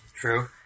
True